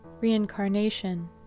reincarnation